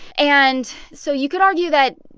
and so you could argue that,